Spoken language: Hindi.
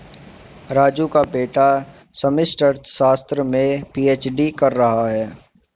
राजू का बेटा समष्टि अर्थशास्त्र में पी.एच.डी कर रहा है